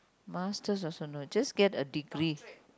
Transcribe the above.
masters also no just get a degree